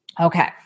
Okay